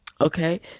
Okay